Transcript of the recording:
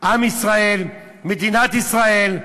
עם ישראל, מדינת ישראל,